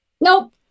nope